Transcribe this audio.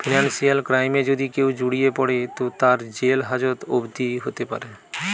financial ক্রাইমে যদি কেও জড়িয়ে পড়ে তো তার জেল হাজত অবদি হোতে পারে